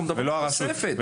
אנחנו מדברים על תוספת,